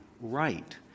right